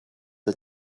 the